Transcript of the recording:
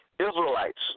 Israelites